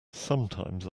sometimes